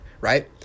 right